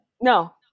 No